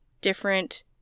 different